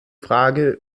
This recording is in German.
frage